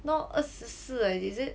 now 二十四 leh is it